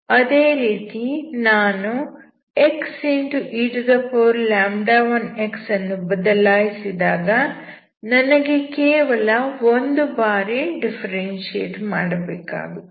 ಅದೇ ರೀತಿ ನಾನು xe1x ಅನ್ನು ಬದಲಾಯಿಸಿದಾಗ ನನಗೆ ಕೇವಲ ಒಂದು ಬಾರಿ ಡಿಫ್ಫೆರೆನ್ಶಿಯೇಟ್ ಮಾಡಬೇಕಾಗುತ್ತದೆ